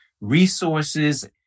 resources